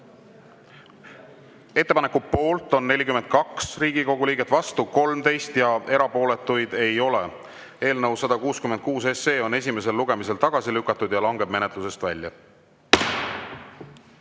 Ettepaneku poolt on 42 Riigikogu liiget, vastu 13 ja erapooletuid ei ole. Eelnõu 166 on esimesel lugemisel tagasi lükatud ja langeb menetlusest